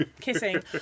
kissing